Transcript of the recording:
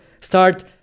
start